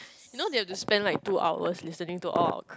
no they are to spend like two hours listening to all